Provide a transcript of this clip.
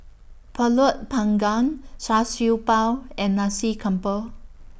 Pulut Panggang Char Siew Bao and Nasi Campur